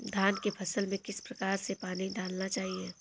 धान की फसल में किस प्रकार से पानी डालना चाहिए?